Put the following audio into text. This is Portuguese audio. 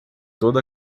toda